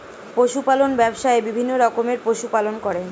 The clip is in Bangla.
পশু পালন ব্যবসায়ে বিভিন্ন রকমের পশু পালন করে